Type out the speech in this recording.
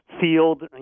field